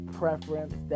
preference